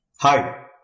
Hi